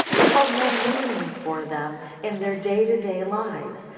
it held no meaning for them in their day to day lives.